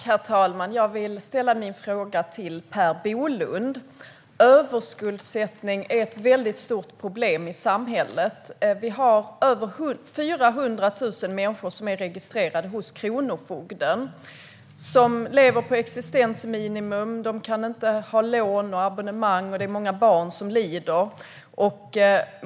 Herr talman! Jag vill ställa min fråga till Per Bolund. Överskuldsättning är ett väldigt stort problem i samhället. Vi har över 400 000 människor som är registrerade hos Kronofogden. De lever på existensminimum, de kan inte ha lån och abonnemang och det är många barn som lider.